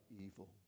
evil